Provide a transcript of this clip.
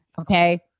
Okay